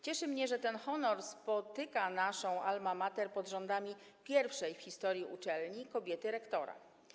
Cieszy mnie, że ten honor spotyka naszą Alma Mater pod rządami pierwszej w historii uczelni kobiety rektora.